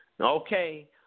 Okay